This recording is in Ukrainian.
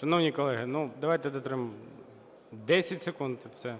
Шановні колеги, ну, давайте дотримуватися. 10 секунд і все. ІВЧЕНКО